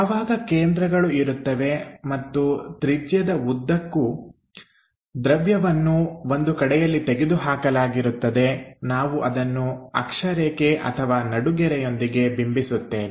ಯಾವಾಗ ಕೇಂದ್ರಗಳು ಇರುತ್ತವೆ ಮತ್ತು ತ್ರಿಜ್ಯದ ಉದ್ದಕ್ಕೂ ದ್ರವ್ಯವನ್ನು ಒಂದು ಕಡೆಯಲ್ಲಿ ತೆಗೆದು ಹಾಕಲಾಗಿರುತ್ತದೆ ನಾವು ಅದನ್ನು ಅಕ್ಷರೇಖೆ ಅಥವಾ ನಡುಗೆರೆಯೊಂದಿಗೆ ಬಿಂಬಿಸುತ್ತೇವೆ